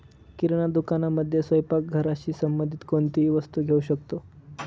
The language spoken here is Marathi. किराणा दुकानामध्ये स्वयंपाक घराशी संबंधित कोणतीही वस्तू घेऊ शकतो